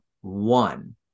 one